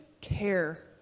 care